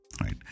right